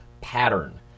Pattern